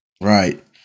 right